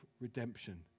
redemption